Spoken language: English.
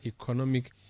Economic